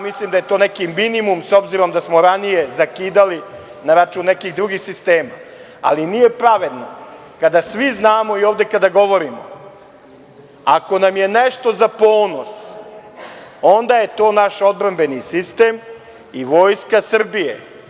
Mislim da je to neki minimum, s obzirom da smo ranije zakidali na račun nekih drugih sistema, ali nije pravedno kada svi znamo i kada ovde govorimo, ako nam je nešto za ponos, onda je to naš odbrambeni sistem i Vojska Srbije.